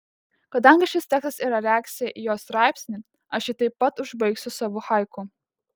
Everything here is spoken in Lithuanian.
kadangi šis tekstas yra reakcija į jo straipsnį aš jį taip pat užbaigsiu savu haiku